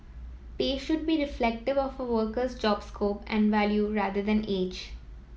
pay should be reflective of a worker's job scope and value rather than age